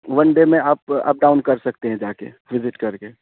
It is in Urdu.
ون ڈے میں آپ اپ ڈاؤن کر سکتے ہیں جا کے وزٹ کر کے